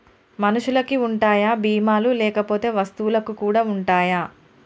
మనుషులకి ఉంటాయా బీమా లు లేకపోతే వస్తువులకు కూడా ఉంటయా?